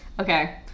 Okay